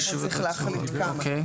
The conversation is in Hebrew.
פה צריך להחליט כמה.